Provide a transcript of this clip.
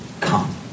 come